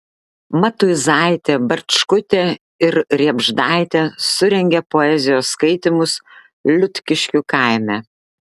matuizaitė barčkutė ir riebždaitė surengė poezijos skaitymus liutkiškių kaime